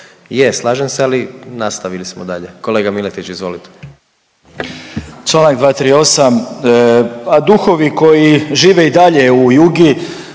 Je slažem se ali nastavili smo dalje. Kolega Miletić, izvolite.